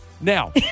Now